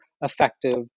effective